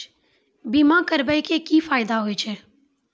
बीमा करबै के की फायदा होय छै?